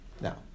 Now